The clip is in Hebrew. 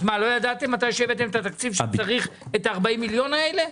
לא ידעתם כאשר הבאתם את התקציב שצריך את 40 מיליון השקלים האלה?